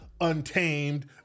untamed